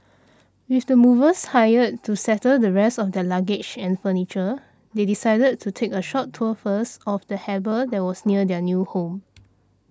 with the movers hired to settle the rest of their luggage and furniture they decided to take a short tour first of the harbour that was near their new home